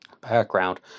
background